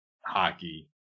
hockey